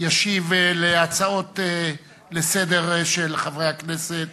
ישיב להצעות לסדר-היום של חברי הכנסת